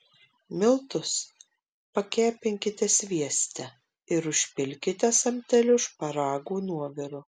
miltus pakepinkite svieste ir užpilkite samteliu šparagų nuoviru